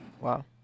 wow